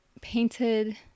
painted